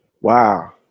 Wow